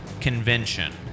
Convention